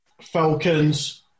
Falcons